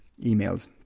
emails